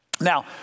Now